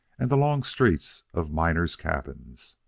and the long streets of miners' cabins.